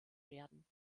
werden